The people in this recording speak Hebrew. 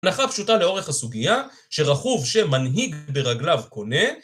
הנחה פשוטה לאורך הסוגיה, שרכוב שמנהיג ברגליו קונה.